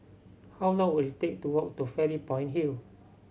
how long will it take to walk to Fairy Point Hill